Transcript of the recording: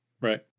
Right